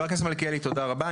תודה רבה.